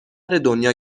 دنیا